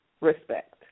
respect